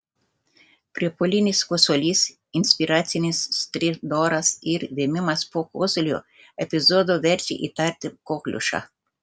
priepuolinis kosulys inspiracinis stridoras ir vėmimas po kosulio epizodo verčia įtarti kokliušą